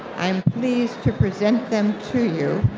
i'm pleased to present them to you,